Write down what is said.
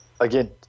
Again